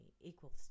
equals